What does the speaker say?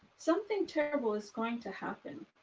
something terrible is going to happen.